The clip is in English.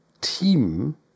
team